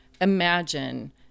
imagine